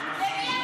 --- לממשלה,